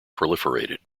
proliferated